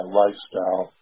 lifestyle